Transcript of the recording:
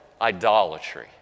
idolatry